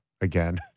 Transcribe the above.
again